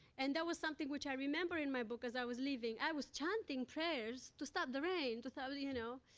and that was something which i remember in my book, as i was leaving. i was chanting prayers to stop the rain to ah but you know?